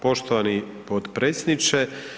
Poštovani potpredsjedniče.